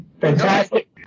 Fantastic